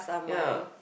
ya